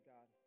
God